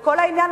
וכל העניין,